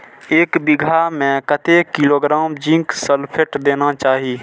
एक बिघा में कतेक किलोग्राम जिंक सल्फेट देना चाही?